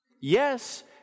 Yes